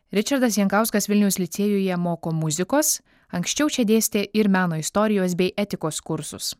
ričardas jankauskas vilniaus licėjuje moko muzikos anksčiau čia dėstė ir meno istorijos bei etikos kursus